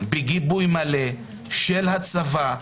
בגיבוי מלא של הצבא,